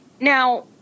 now